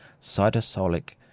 cytosolic